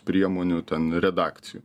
priemonių ten redakcijų